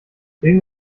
wegen